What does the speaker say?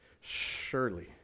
Surely